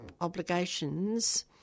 obligations